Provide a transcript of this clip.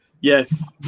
Yes